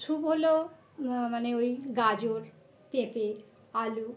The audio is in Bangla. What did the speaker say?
স্যুপ হল মানে ওই গাঁজর পেঁপে আলু